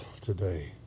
today